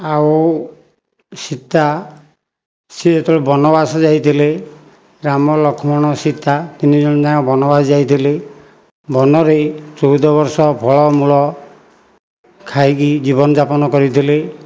ଆଉ ସୀତା ସେ ଯେତେବେଳେ ବନବାସ ଯାଇଥିଲେ ରାମ ଲକ୍ଷ୍ମଣ ସୀତା ତିନି ଜଣ ଜାକ ବନବାସ ଯାଇଥିଲେ ବନରେ ଚଉଦ ବର୍ଷ ଫଳମୂଳ ଖାଇକି ଜୀବନଯାପନ କରିଥିଲେ